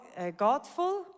godful